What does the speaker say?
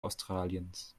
australiens